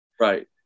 right